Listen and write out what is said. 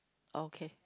okay